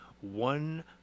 One